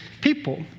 people